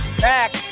back